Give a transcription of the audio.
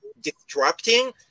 disrupting